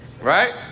right